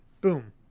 Boom